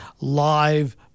live